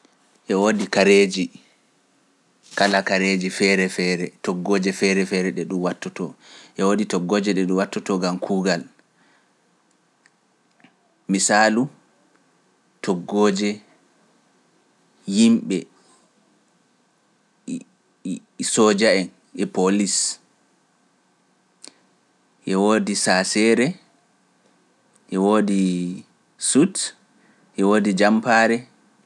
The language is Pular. E woodi kareeji, kala kareeji feere-feere, toggooje feere-feere ɗe ɗum wattotoo, e woodi toggooje ɗe ɗum wattotoo ngam kuugal. Misaalu, toggooje yimɓe sooja'en, e polis, e woodi saaseere, e woodi suit, e woodi jampaare.